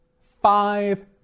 five